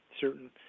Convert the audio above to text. certain